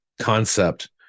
concept